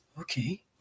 okay